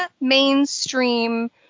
mainstream